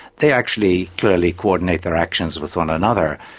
they actually clearly coordinate their actions with one another,